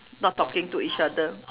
not talking to each other